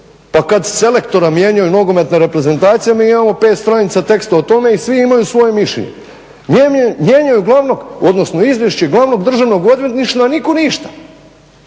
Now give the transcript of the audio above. Pa kad selektore mijenjaju nogometne reprezentacije mi imamo pet stranica teksta o tome i svi imaju svoje mišljenje, mijenjaju glavnog odnosno izvješće glavnog državnog odvjetništva, nitko ništa,